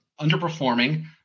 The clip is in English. underperforming